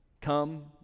come